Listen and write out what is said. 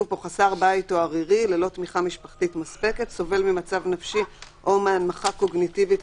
יש בחלק מהמלונות קטינים.